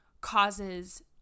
causes